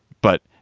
but,